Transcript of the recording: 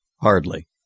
Hardly